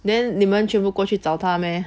then 你们全部过去找他 meh